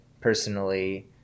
personally